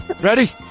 Ready